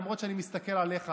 למרות שאני מסתכל עליך,